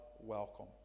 welcome